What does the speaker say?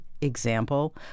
example